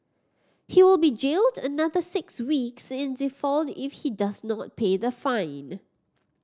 he will be jailed another six weeks in default if he does not pay the fine